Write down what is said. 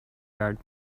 yard